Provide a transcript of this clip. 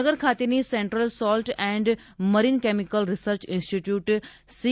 ભાવનગર ખાતેની central salt and marine chemical research institute C